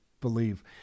believe